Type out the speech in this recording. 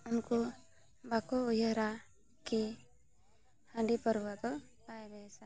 ᱩᱱᱠᱩ ᱵᱟᱠᱚ ᱩᱭᱦᱟᱹᱨᱟ ᱠᱤ ᱦᱟᱺᱰᱤ ᱯᱟᱹᱨᱣᱟᱹ ᱫᱚ ᱵᱟᱭ ᱵᱮᱥᱟ